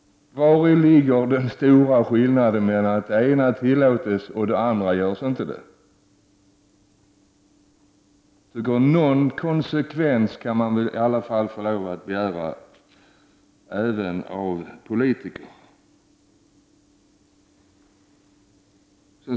Vari ligger den stora skillnaden som gör att den ena verksamheten tillåts men den andra inte? Någon konsekvens kan man väl i alla fall få lov att begära även av politiker.